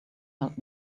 help